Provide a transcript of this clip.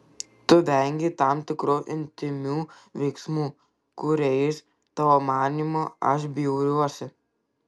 tu vengei tam tikrų intymių veiksmų kuriais tavo manymu aš bjauriuosi